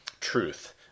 truth